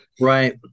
Right